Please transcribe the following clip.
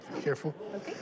careful